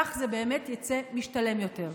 כך זה יצא משתלם יותר.